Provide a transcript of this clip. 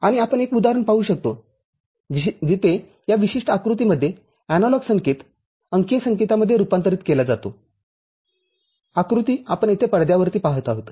आणि आपण एक उदाहरण पाहू शकतो जिथे या विशिष्ट आकृतीमध्ये एनालॉग संकेत अंकीय संकेतामध्ये रूपांतरित केला जातो आकृती आपण येथे पडद्यावरती पाहत आहोत